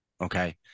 okay